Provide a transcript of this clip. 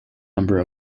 number